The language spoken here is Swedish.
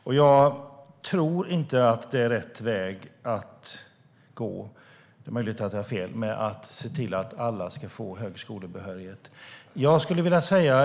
Det är möjligt att jag har fel, men jag tror inte att det är rätt väg att gå att se till att alla får högskolebehörighet.